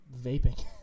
vaping